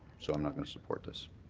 so i am not going to support this.